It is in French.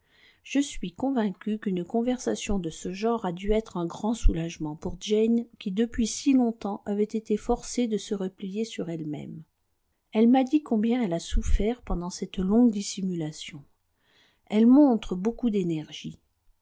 je suis convaincue qu'une conversation de ce genre a dû être un grand soulagement pour jane qui depuis si longtemps avait été forcée de se replier sur elle-même elle m'a dit combien elle a souffert pendant cette longue dissimulation elle montre beaucoup d'énergie